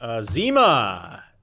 Zima